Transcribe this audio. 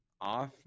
off